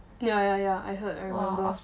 yeah yeah yeah I heard about that